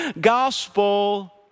gospel